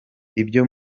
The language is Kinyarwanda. ibyo